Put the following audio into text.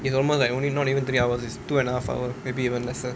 if normal like only not even three hours it's two and a half hour maybe even lesser